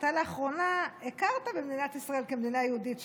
שאתה לאחרונה הכרת במדינת ישראל כמדינה יהודית,